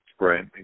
Right